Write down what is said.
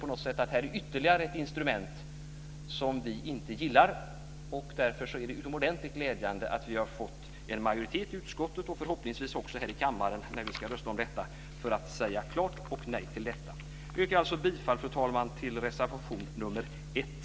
Vi känner att detta är ett ytterligare instrument som vi inte gillar. Därför är det utomordentligt glädjande att vi har fått en majoritet i utskottet för ett klart nej och förhoppningsvis också kan få det här i kammaren när vi ska rösta om detta. Fru talman! Jag yrkar bifall till reservation nr 1.